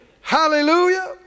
Hallelujah